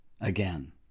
again